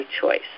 choice